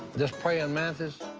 this praying mantis?